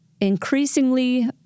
increasingly